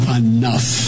enough